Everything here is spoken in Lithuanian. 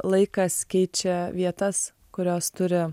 laikas keičia vietas kurios turi